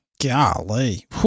golly